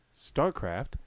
StarCraft